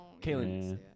Kaylin